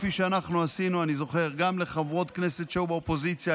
כפי שעשינו גם לחברות כנסת שהיו באופוזיציה,